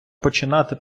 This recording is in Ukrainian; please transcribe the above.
починати